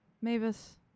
Mavis